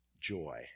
joy